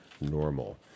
normal